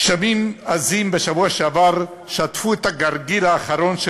גשמים עזים בשבוע שעבר שטפו את הגרגיר האחרון של